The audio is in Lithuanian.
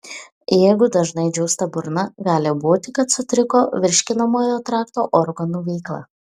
jeigu dažnai džiūsta burna gali būti kad sutriko virškinamojo trakto organų veikla